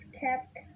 kept